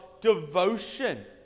devotion